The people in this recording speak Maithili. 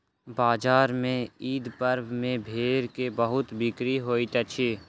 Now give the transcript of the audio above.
बजार में ईद पर्व में भेड़ के बहुत बिक्री होइत अछि